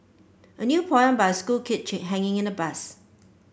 a new poem by a school kid hanging in a bus